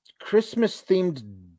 Christmas-themed